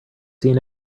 seen